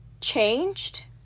changed